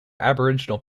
aboriginal